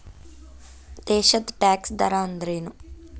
ದೇಶದ್ ಟ್ಯಾಕ್ಸ್ ದರ ಅಂದ್ರೇನು?